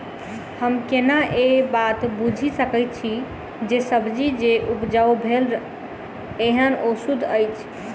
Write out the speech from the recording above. हम केना ए बात बुझी सकैत छी जे सब्जी जे उपजाउ भेल एहन ओ सुद्ध अछि?